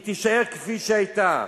היא תישאר כפי שהיתה.